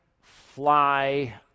fly